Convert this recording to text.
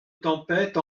tempête